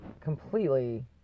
completely